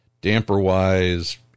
damper-wise